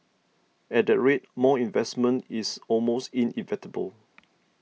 at that rate more investment is almost inevitable